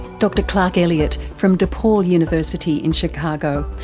dr clark elliot from de paul university in chicago,